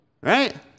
Right